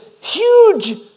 huge